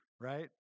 right